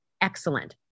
Excellent